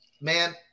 Man